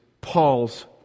Paul's